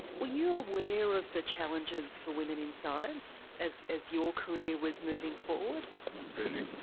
were you aware of the challenges for women in science, as as your career was moving forward? not really,